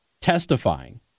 testifying